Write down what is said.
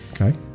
Okay